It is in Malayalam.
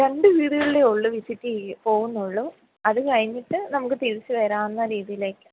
രണ്ട് വീടുകളിലേ ഉള്ളു വിസിറ്റ് ചെയ്യാൻ പോകുന്നുള്ളു അത് കഴിഞ്ഞിട്ട് നമുക്ക് തിരിച്ച് വാരാവുന്ന രീതിയിലേക്ക്